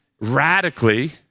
radically